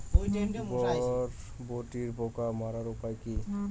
বরবটির পোকা মারার উপায় কি?